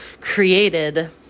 created